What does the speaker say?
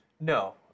No